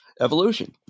evolution